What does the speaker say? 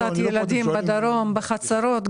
בנושא דריסת ילדים בדרום, בחצרות.